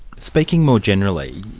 speaking more generally,